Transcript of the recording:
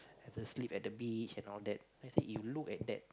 have to sleep at the beach and all that then I said you look at that